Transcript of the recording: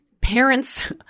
parents